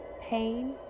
pain